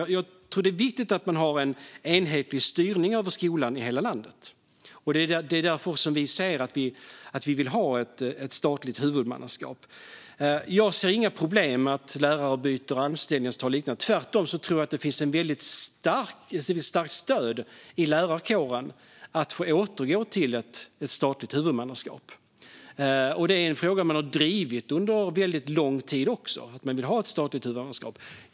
Jag tror att det är viktigt att man har en enhetlig styrning av skolan i hela landet, och det är därför som vi vill ha ett statligt huvudmannaskap. Jag ser inga problem med att lärare byter anställningsavtal och liknande. Tvärtom tror jag att det finns ett starkt stöd i lärarkåren för att återgå till ett statligt huvudmannaskap. Den frågan är något som lärarna har drivit länge.